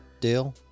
deal